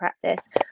practice